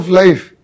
life